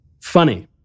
Funny